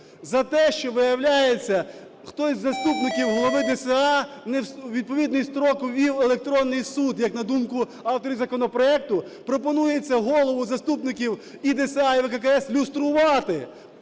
За те, що, виявляється, хтось з заступників голови ДСА не в відповідний строк ввів електронний суд, як на думку авторів законопроекту, пропонується голову заступників і ДСА, і ВККС люструвати